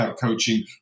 coaching